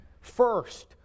first